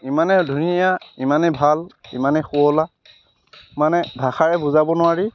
ইমানেই ধুনীয়া ইমানেই ভাল ইমানে শুৱলা ইমানেই ভাষাৰে বুজাব নোৱাৰি